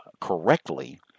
correctly